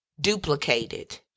duplicated